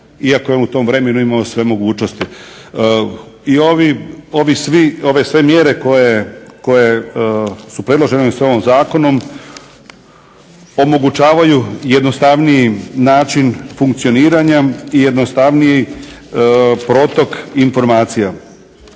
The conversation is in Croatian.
iako je on u tom vremenu imao sve mogućnosti. I ove sve mjere koje su predložene sa ovim zakonom omogućavaju jednostavniji način funkcioniranja i jednostavniji protok informacija.